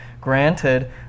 granted